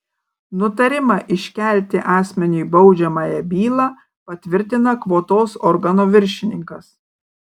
nutarimą iškelti asmeniui baudžiamąją bylą patvirtina kvotos organo viršininkas